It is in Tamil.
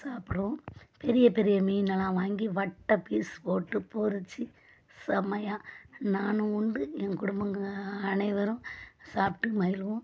சாப்பிடுவோம் பெரிய பெரிய மீனெல்லாம் வாங்கி வட்ட பீஸ் போட்டு பொரிச்சி செம்மையாக நானும் உண்டு என் குடும்பங்கள் அனைவரும் சாப்பிட்டு மகிழ்வோம்